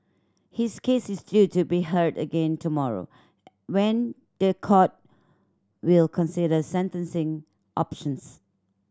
his case is due to be heard again tomorrow when the court will consider sentencing options